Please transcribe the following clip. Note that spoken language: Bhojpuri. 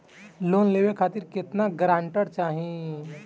लोन लेवे खातिर केतना ग्रानटर लागी?